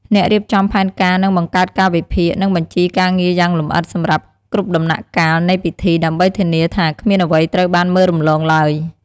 អ្នករៀបចំផែនការនឹងបង្កើតកាលវិភាគ និងបញ្ជីការងារយ៉ាងលម្អិតសម្រាប់គ្រប់ដំណាក់កាលនៃពិធី ដើម្បីធានាថាគ្មានអ្វីត្រូវបានមើលរំលងឡើយ។